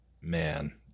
Man